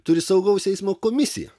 turi saugaus eismo komisiją